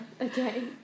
okay